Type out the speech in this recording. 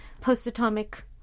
post-atomic